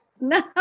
No